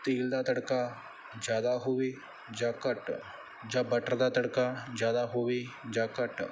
ਤੇਲ ਦਾ ਤੜਕਾ ਜ਼ਿਆਦਾ ਹੋਵੇ ਜਾਂ ਘੱਟ ਜਾਂ ਬਟਰ ਦਾ ਤੜਕਾ ਜ਼ਿਆਦਾ ਹੋਵੇ ਜਾਂ ਘੱਟ